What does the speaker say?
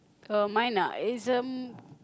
uh mine ah is um